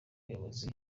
bayobozi